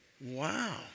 Wow